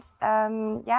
ja